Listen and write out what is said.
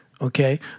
okay